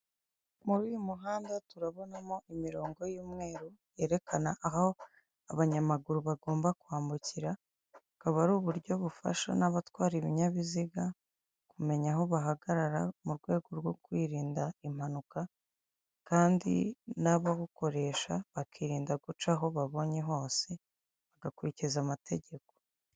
Muri uyu muhanda turabonamo imirongo y'umweru yerekana aho abanyamaguru bagomba kwambukira bukaba ari uburyo bufasha abatwara ibinyabiziga bakamenya aho bahagarara mu rwego rwo kwirinda impanuka ndetse n'abayikoresha bakirinda guca aho babonye hose bagakurikiza amategeko.